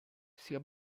sia